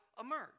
emerge